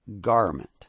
garment